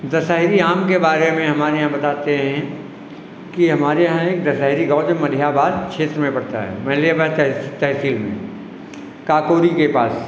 दशहरी आम के बारे में हमारे यहाँ बताते हैं कि हमारे यहाँ एक दशहरी गाँव जो मलिहाबाद क्षेत्र में पड़ता है मलिहाबाद तहस तहसील में काकोरी के पास